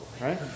Right